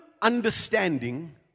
understanding